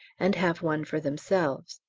and have one for themselves.